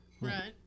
Right